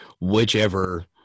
whichever